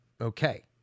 okay